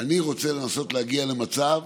שאני רוצה לנסות להגיע למצב